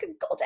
god